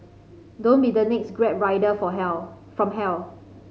don't be the next Grab rider for hell from hell